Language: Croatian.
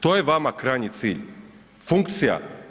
To je vama krajnji cilj, funkcija.